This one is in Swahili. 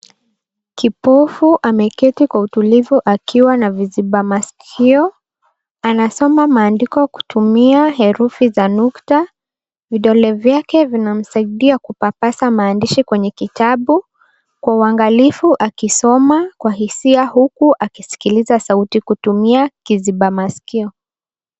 Kipofu ameketi kwa utulivu akiwa na viziba masikio. Anasoma maandiko kutumia herufi za nukta. Vidole vyake vinamsaidia kupapasa maandishi kwenye kitabu kwa uangalifu akisoma kwa hisia huku akisikiliza sauti kutumia kiziba masikio.